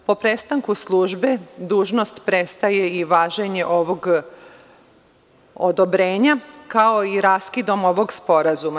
O prestanku službe dužnost prestaje i važenje ovog odobrenja, kao i raskidom ovog sporazuma.